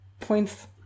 points